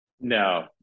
No